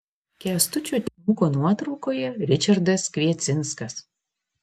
kęstučio timuko nuotraukoje ričardas kviecinskas